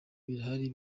birahari